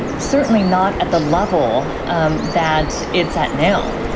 certainly not at the level um that it's at now.